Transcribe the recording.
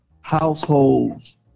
households